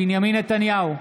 בנימין נתניהו,